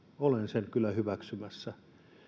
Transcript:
olen sen kyllä hyväksymässä